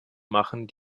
machen